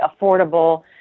affordable